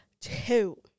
two